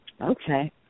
Okay